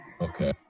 Okay